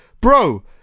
Bro